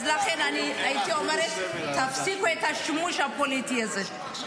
אז לכן אני הייתי אומרת: תפסיקו את השימוש הפוליטי הזה.